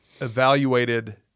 evaluated